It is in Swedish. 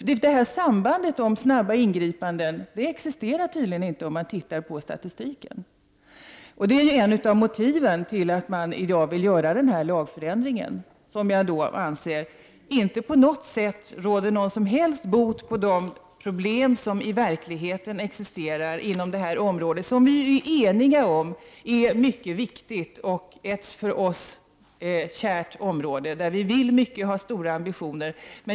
Något samband existerar tydligen inte enligt statistiken. Det är ett av motiven till att man i dag vill göra denna lagändring, som jag anser inte på något sätt råder bot på de problem som i verkligheten finns på detta område. Vi är ju eniga om att detta är ett mycket viktigt och för oss kärt område. Vi vill så mycket och har stora ambitioner.